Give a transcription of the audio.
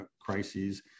crises